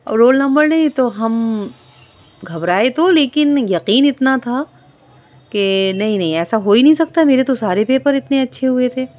role number نہیں تو ہم گھبرائے تو لیکن یقین اتنا تھا کہ نہیں نہیں ایسا ہو ہی نہیں سکتا میرے تو سارے پیپر اتنے اچھے ہوئے تھے